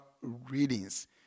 readings